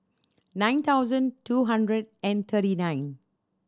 nine thousand two hundred and thirty nine